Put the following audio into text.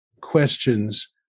questions